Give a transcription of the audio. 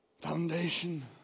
foundation